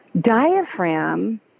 diaphragm